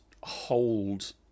hold